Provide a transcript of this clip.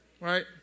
right